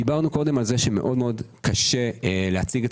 דיברנו קודם על כך שמאוד קשה להציג את